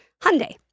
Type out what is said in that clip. Hyundai